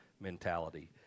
mentality